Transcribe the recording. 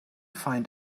find